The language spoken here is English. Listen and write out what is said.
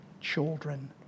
children